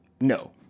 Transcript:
No